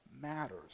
matters